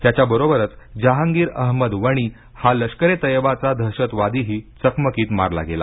त्याच्याबरोबरच जहांगीर अहमद वणी हा लष्करे तैयबाचा दहशतवादीही चकमकीत मारला गेला